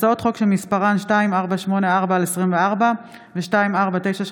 הצעות החוק שמספרן פ/2484/24 ופ/2495/24,